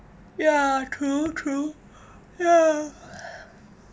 ya true true